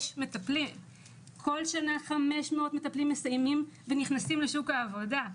כל שנה 500 מטפלים מסיימים ונכנסים לשוק העבודה,